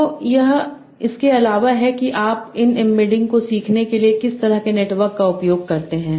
तो यह इसके अलावा है कि आप इन एम्बेडिंग को सीखने के लिए किस तरह के नेटवर्क का उपयोग करते हैं